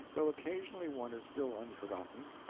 though occasionally one is still unforgotten.